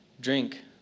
Drink